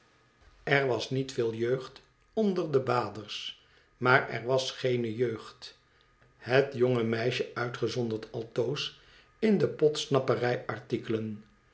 er was niet veel jeugd onder de baders maar er was geene jeugd het jonge meisje uitgezonderd altoos in de podsnapperij artikelen